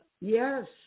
Yes